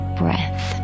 breath